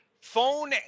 phone